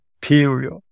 period